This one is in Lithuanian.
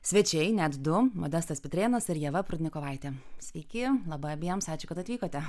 svečiai net du modestas pitrėnas ir ieva prudnikovaitė sveiki labai abiems ačiū kad atvykote